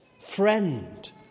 Friend